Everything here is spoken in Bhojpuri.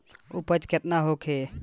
उपज केतना होखे?